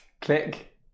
Click